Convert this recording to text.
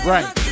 Right